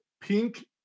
pink